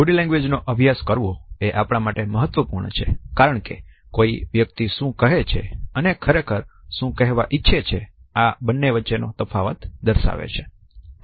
body language નો અભ્યાસ કરવો એ આપણા માટે મહત્વપૂર્ણ છે કારણ કે કોઈ વ્યક્તિ કયારે શું કહે છે અને ખરેખર શું કહેવા ઈચ્છે છે આ બંને વચ્ચેનો તફાવત દર્શાવે છે